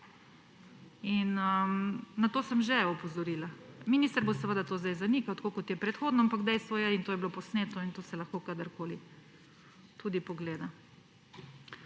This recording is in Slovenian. In na to sem že opozorila. Minister bo seveda to zdaj zanikal, tako kot je predhodno, ampak dejstvo je in to je bilo posneto in to se lahko kadarkoli tudi pogleda.